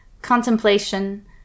contemplation